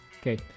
Okay